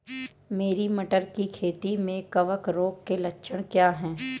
मेरी मटर की खेती में कवक रोग के लक्षण क्या हैं?